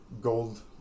gold